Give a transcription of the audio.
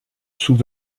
sous